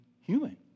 human